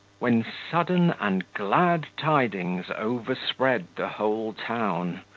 when sudden and glad tidings overspread the whole town.